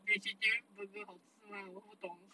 vegetarian burger 好吃嘛我不懂